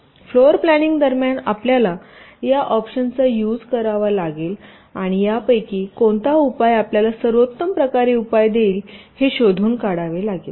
तर floor planning दरम्यान आपल्याला या ऑप्शनचा युज करावा लागेल आणि या पैकी कोणता उपाय आपल्याला सर्वोत्तम प्रकारचे उपाय देईल हे शोधून काढावे लागेल